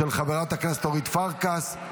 של חברת הכנסת אורית פרקש.